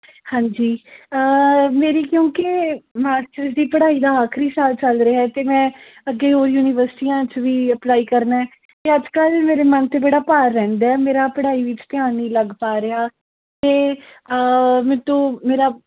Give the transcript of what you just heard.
ਹਾਂਜੀ ਮੇਰੀ ਕਿਉਂਕਿ ਮਾਸਟਰ ਦੀ ਪੜ੍ਹਾਈ ਦਾ ਆਖਰੀ ਸਾਲ ਚੱਲ ਰਿਹਾ ਅਤੇ ਮੈਂ ਅੱਗੇ ਹੋਰ ਯੂਨੀਵਰਸਿਟੀਆਂ 'ਚ ਵੀ ਅਪਲਾਈ ਕਰਨਾ ਅਤੇ ਅੱਜ ਕੱਲ੍ਹ ਮੇਰੇ ਮਨ 'ਤੇ ਬੜਾ ਭਾਰ ਰਹਿੰਦਾ ਮੇਰਾ ਪੜ੍ਹਾਈ ਵਿੱਚ ਧਿਆਨ ਨਹੀਂ ਲੱਗ ਪਾ ਰਿਹਾ ਅਤੇ ਮੈਤੋਂ ਮੇਰਾ